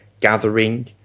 gathering